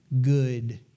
good